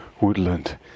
woodland